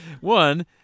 one